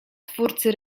twórcy